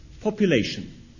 population